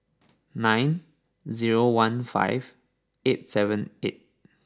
nine zero one five eight seven eight